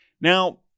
Now